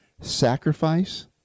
sacrifice